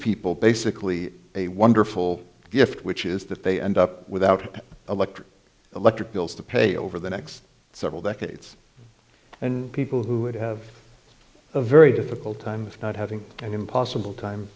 people basically a wonderful gift which is that they end up with out electric electric bills to pay over the next several decades and people who would have a very difficult time not having an impossible time